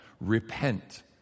Repent